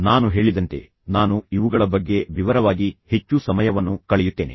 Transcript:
ನಾನು ಹೇಳಿದಂತೆ ನಾನು ಇವುಗಳ ಬಗ್ಗೆ ವಿವರವಾಗಿ ಹೆಚ್ಚು ಸಮಯವನ್ನು ಕಳೆಯುತ್ತೇನೆ